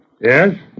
Yes